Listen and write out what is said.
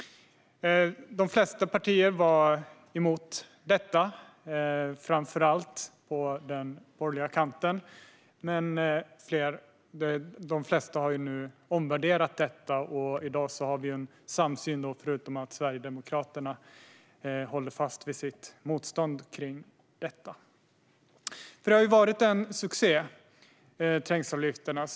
De flesta partier var emot detta, framför allt på den borgerliga kanten, men de flesta har nu omvärderat frågan. I dag har vi en samsyn, förutom att Sverigedemokraterna håller fast vid sitt motstånd. Trängselavgifterna har varit en succé.